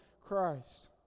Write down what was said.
Christ